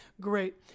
great